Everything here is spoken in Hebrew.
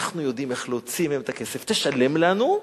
אנחנו יודעים איך להוציא מהם את הכסף, תשלם לנו,